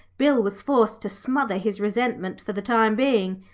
bill was forced to smother his resentment for the time being.